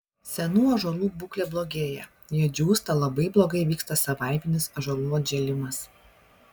senų ąžuolų būklė blogėja jie džiūsta labai blogai vyksta savaiminis ąžuolų atžėlimas